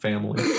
Family